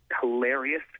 hilarious